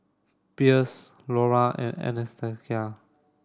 Pierce Laura and Anastacia